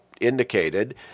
indicated